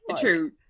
true